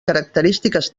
característiques